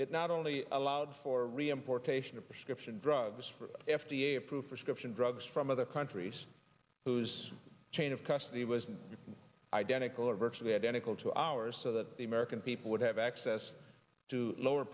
it not only allowed for reimportation of prescription drugs for f d a approved prescription drugs from other countries whose chain of custody was identical or virtually identical to ours so that the american people would have access to lower